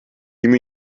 mean